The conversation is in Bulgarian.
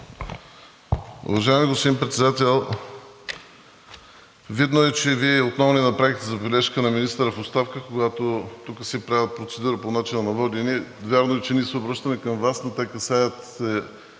Уважаеми господин Председател, видно е, че Вие отново не направихте забележка на министъра в оставка, когато тук се правят процедури по начина на водене. Вярно е, че ние се обръщаме към Вас, но те касаят